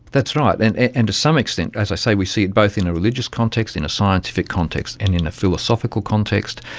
that's right, and and to some extent, as i say, we see it both in a religious context, in a scientific context and in a philosophical context.